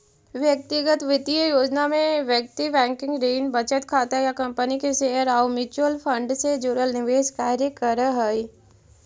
व्यक्तिगत वित्तीय योजना में व्यक्ति बैंकिंग, ऋण, बचत खाता या कंपनी के शेयर आउ म्यूचुअल फंड से जुड़ल निवेश कार्य करऽ हइ